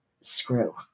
screw